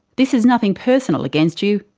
this is nothing personal against you.